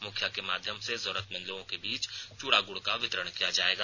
मुखिया के माध्यम से जरूरतमंद लोगों के बीच चूड़ा गुड़ का वितरण किया जाएगा